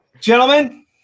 Gentlemen